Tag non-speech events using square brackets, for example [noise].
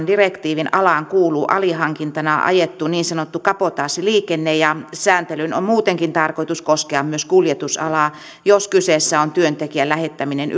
[unintelligible] direktiivin alaan kuuluu alihankintana ajettu niin sanottu kabotaasiliikenne sääntelyn on muutenkin tarkoitus koskea myös kuljetusalaa jos kyseessä on työntekijän lähettäminen [unintelligible]